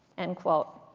end quote.